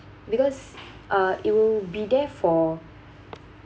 because uh it will be there for